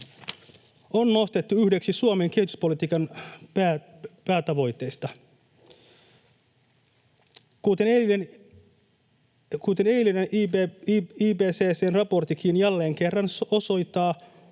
on nostettu yhdeksi Suomen kehityspolitiikan päätavoitteista. Kuten eilinen IPCC:n raporttikin jälleen kerran osoittaa,